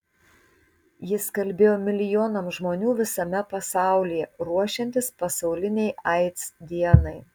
jis kalbėjo milijonams žmonių visame pasaulyje ruošiantis pasaulinei aids dienai